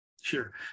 Sure